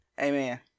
Amen